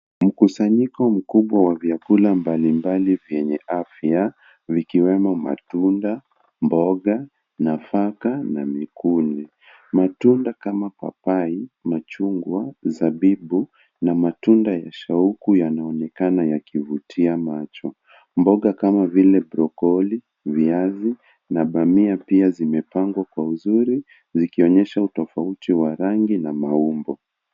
Mkusanyiko mkubwa wa vyakula mbalimbali vyenye afya vikiwemo matunda, mboga, nafaka na mikunde. Matunda kama papai, machungwa, zabibu na matunda ya shauku yanaonekana yakivutia macho. Mboga kama vile brokoli, viazi na dania pia zimepangwa kwa uzuri, yakionyesha utofauti wa rangi na maumbo.